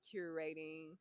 curating